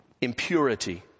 impurity